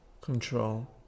control